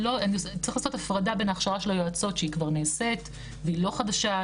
צריך לעשות הפרדה בין ההכשרה של היועצות שהיא כבר נעשית והיא לא חדשה.